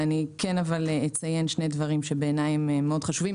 אציין שני דברים שבעיניי הם חשובים.